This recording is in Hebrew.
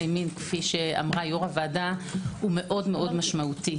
מין כפי שאמרה יו"ר הוועדה - מאוד משמעותי.